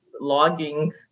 logging